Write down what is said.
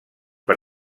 per